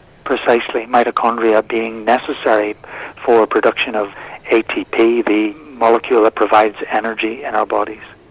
precisely, mitochondria being necessary for production of atp the molecule that provides energy in our bodies.